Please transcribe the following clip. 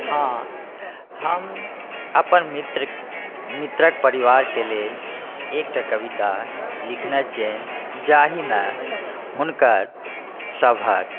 हँ हम अपन मित्र मित्रके परिवारके लेल एकटा कविता लिखने छिअनि जाहिमे हुनकरसबके